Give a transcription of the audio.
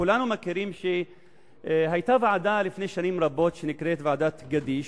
כולנו יודעים שלפני שנים רבות היתה ועדה